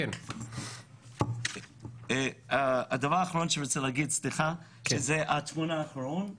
סליחה, דבר אחרון זו התמונה האחרונה,